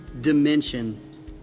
dimension